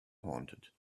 haunted